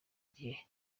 gihe